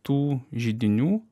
tų židinių